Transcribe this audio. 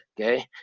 Okay